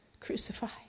crucified